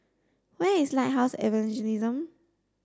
where is Lighthouse Evangelism